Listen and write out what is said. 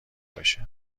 بشه